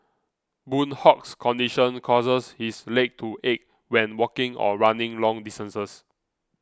Boon Hock's condition causes his leg to ache when walking or running long distances